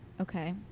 Okay